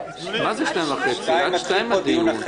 הדיון הזה